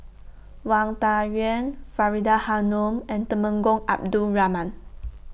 Wang Dayuan Faridah Hanum and Temenggong Abdul Rahman